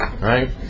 right